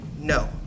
no